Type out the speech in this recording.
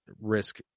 risk